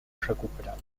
recuperado